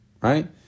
right